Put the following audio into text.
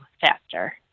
faster